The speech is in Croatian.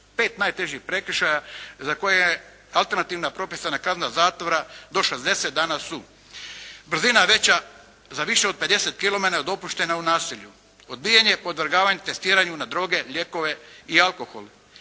Pet najtežih prekršaja za koje je alternativna propisana kazna zatvora do 60 dana su: brzina veća za više od 50 kilometara dopuštena u naselju, odbijanje podvrgavanju testiranju na droge, lijekove i alkohol,